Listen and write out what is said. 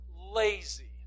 lazy